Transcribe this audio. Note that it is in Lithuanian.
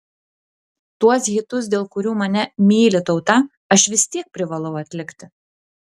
tuos hitus dėl kurių mane myli tauta aš vis tiek privalau atlikti